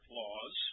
laws